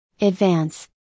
Advance